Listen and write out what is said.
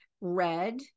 red